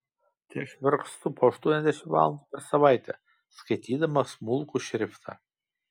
tai aš vargstu po aštuoniasdešimt valandų per savaitę skaitydama smulkų šriftą